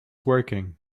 working